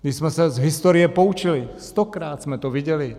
My jsme se z historie poučili, stokrát jsme to viděli.